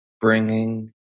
bringing